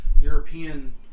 European